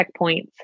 checkpoints